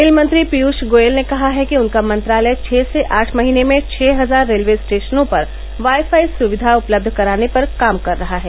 रेलमंत्री पियूष गोयल ने कहा है कि उनका मंत्रालय छह से आठ महीने में छह हजार रेलवे स्टेशनों पर वाईफाई सुविधा उपलब्ध कराने पर काम कर रहा है